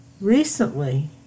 Recently